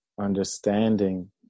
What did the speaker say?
understanding